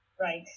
Right